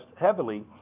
heavily